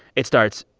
it starts,